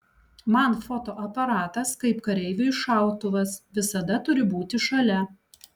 man fotoaparatas kaip kareiviui šautuvas visada turi būti šalia